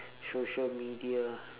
social media